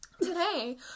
Today